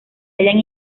hallan